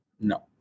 No